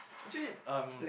actually um